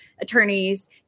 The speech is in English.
attorneys